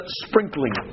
sprinkling